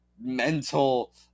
mental